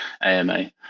AMA